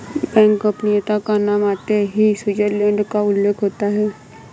bank गोपनीयता का नाम आते ही स्विटजरलैण्ड का उल्लेख होता हैं